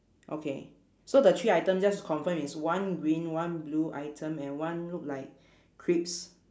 okay so the three item just to confirm is one green one blue item and one look like crisps